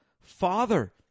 Father